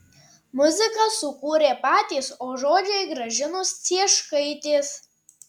muziką sukūrė patys o žodžiai gražinos cieškaitės